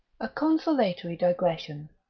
a consolatory digression,